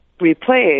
replaced